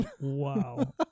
Wow